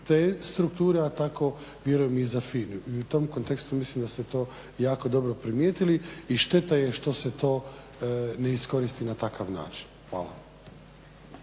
te strukture, a tako vjerujem i za FINA-u. I u tom kontekstu mislim da ste to jako dobro primijetili i šteta je što se to ne iskoristi na takav način. Hvala.